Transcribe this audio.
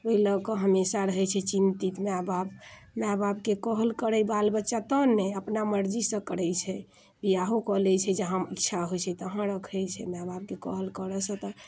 ओइ लऽ कऽ हमेशा रहै छी चिन्तितमे आओर बाप माय बापके कहल करै बाल बच्चा तऽ नहि अपना मर्जीसँ करै छै बियाहो कऽ लै छै जहाँ इच्छा होइ छै तहाँ रखै छै माय बापके कहल करऽ सँ तऽ